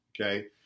Okay